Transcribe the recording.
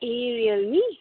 A Realme